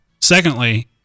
Secondly